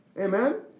Amen